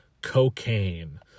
cocaine